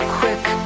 quick